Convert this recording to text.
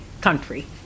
country